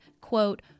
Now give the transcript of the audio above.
quote